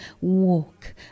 Walk